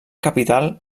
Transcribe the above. capital